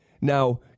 Now